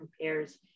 compares